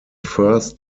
first